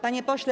Panie Pośle!